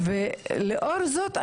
לאור זאת,